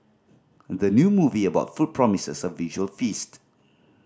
the new movie about food promises a visual feast